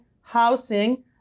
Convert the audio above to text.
housing